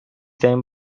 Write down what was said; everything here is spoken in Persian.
ترین